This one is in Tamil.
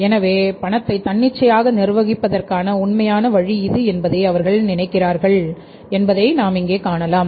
எனவே பணத்தை தன்னிச்சையாக நிர்வகிப்பதற்கான உண்மையான வழி இது என்பதைஅவர்கள் நினைக்கிறார்கள் என்பதை காணலாம்